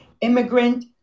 immigrant